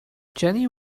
jenny